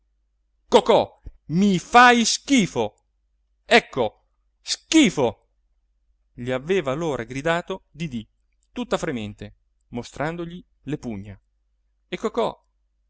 mi fai schifo ecco schifo gli aveva allora gridato didì tutta fremente mostrandogli le pugna e cocò